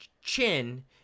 chin